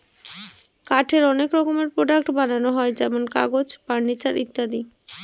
কাঠের অনেক রকমের প্রডাক্টস বানানো হয় যেমন কাগজ, ফার্নিচার ইত্যাদি